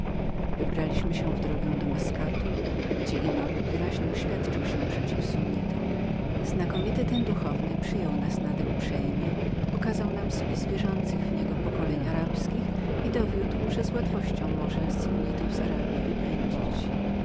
wybraliśmy się w drogę do maskaty gdzie iman wyraźnie oświadczył się przeciw muzułmanom znakomity ten duchowny przyjął nas nader uprzejmie pokazał nam spis wierzących w niego pokoleń arabskich i dowiódł że z łatwością mógł sunnitów z arabji wypędzić